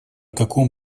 каком